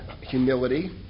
humility